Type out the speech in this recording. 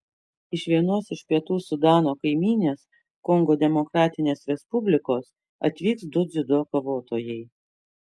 iš vienos iš pietų sudano kaimynės kongo demokratinės respublikos atvyks du dziudo kovotojai